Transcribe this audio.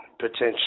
potentially